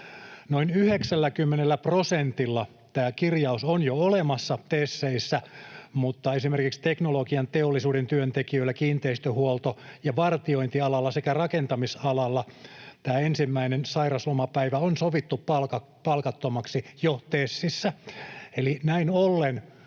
Noin 90 prosentilla tämä kir-jaus on jo olemassa TESeissä, mutta esimerkiksi teknologiateollisuuden työntekijöillä, kiinteistöhuolto- ja vartiointialalla sekä rakentamisalalla tämä ensimmäinen sairauslomapäivä on sovittu palkattomaksi jo TESissä. Eli näin ollen